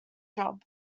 job